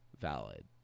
valid